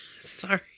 Sorry